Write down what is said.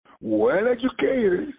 well-educated